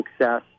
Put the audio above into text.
success